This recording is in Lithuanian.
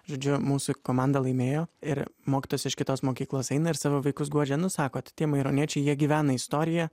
žodžiu mūsų komanda laimėjo ir mokytojas iš kitos mokyklos eina ir savo vaikus guodžia nu sako tai tie maironiečiai jie gyvena istorija